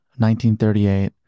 1938